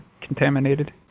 contaminated